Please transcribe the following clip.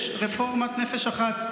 יש רפורמת נפש אחת,